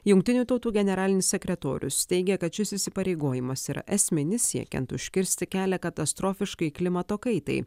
jungtinių tautų generalinis sekretorius teigia kad šis įsipareigojimas yra esminis siekiant užkirsti kelią katastrofiškai klimato kaitai